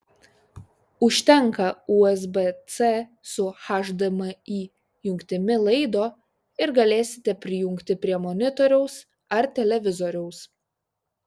užtenka usb c su hdmi jungtimi laido ir galėsite prijungti prie monitoriaus ar televizoriaus